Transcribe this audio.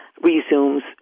resumes